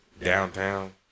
downtown